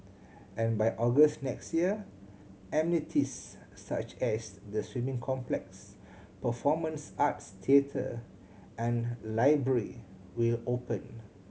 and by August next year amenities such as the swimming complex performance arts theatre and library will open